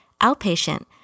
Outpatient